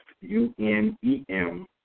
U-N-E-M